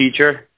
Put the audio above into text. teacher